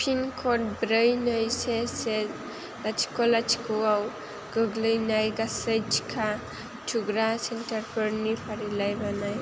pin code ब्रै नै से से लाथिख' लाथिख'आव गोग्लैनाय गासै टिका थुग्रा सेन्टारफोरनि फारिलाइ बानाय